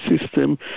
system